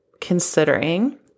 considering